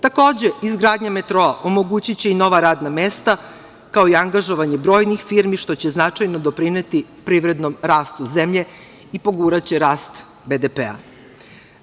Takođe, izgradnja metroa omogućiće i nova radna mesta, kao i angažovanje brojnih firmi, što će značajno doprineti privrednom rastu zemlje i poguraće rast BDP-a.